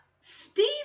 Steve